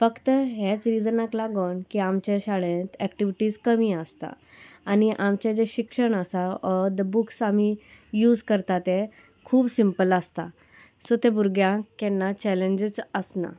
फक्त हेंच रिजनाक लागोन की आमच्या शाळेंत एक्टिविटीज कमी आसता आनी आमचें जें शिक्षण आसा ओ द बुक्स आमी यूज करता ते खूब सिंपल आसता सो ते भुरग्यांक केन्ना चॅलेंजीस आसना